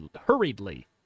hurriedly